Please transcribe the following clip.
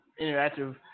interactive